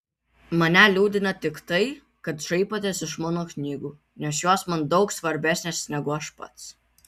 mane liūdina tik tai kad šaipotės iš mano knygų nes jos man daug svarbesnės negu aš pats